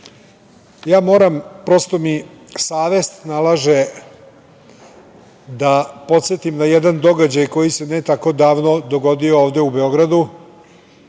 NDH.Moram, prosto mi savest nalaže, da podsetim na jedan događaj koji se ne tako davno dogodio ovde u Beogradu,